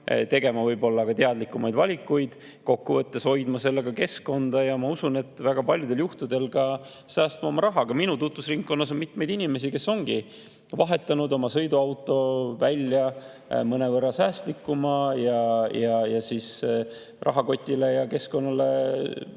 tegema teadlikumaid valikuid, kokku võttes hoidma sellega keskkonda ja ma usun, et väga paljudel juhtudel ka säästma oma raha. Minu tutvusringkonnas on mitmed inimesed vahetanud oma sõiduauto välja mõnevõrra säästlikuma, rahakotile ja keskkonnale sobilikuma